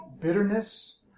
bitterness